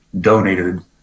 donated